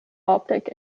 optic